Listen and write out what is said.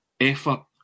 effort